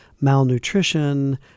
malnutrition